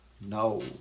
No